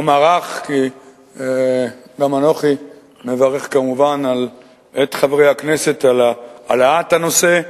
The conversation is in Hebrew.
אומר אך כי גם אנוכי מברך כמובן את חברי הכנסת על העלאת הנושא.